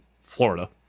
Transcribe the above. florida